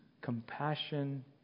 compassion